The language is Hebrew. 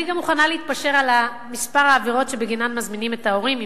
אני גם מוכנה להתפשר על מספר העבירות שבגינן מזמינים את ההורים,